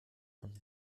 von